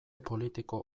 politiko